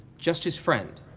just his friend?